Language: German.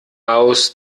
aus